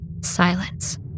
Silence